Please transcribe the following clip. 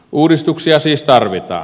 uudistuksia siis tarvitaan